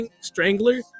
strangler